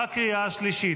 בקריאה השלישית.